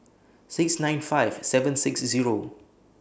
six nine five seven six Zero